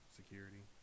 security